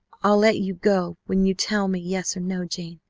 i'll let you go when you tell me yes or no, jane.